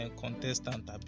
contestant